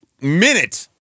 minute